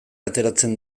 ateratzen